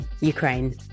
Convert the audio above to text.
Ukraine